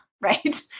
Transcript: right